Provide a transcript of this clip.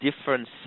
different